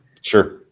Sure